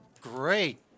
Great